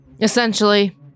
Essentially